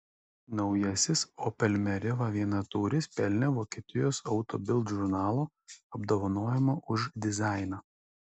naujasis opel meriva vienatūris pelnė vokietijos auto bild žurnalo apdovanojimą už dizainą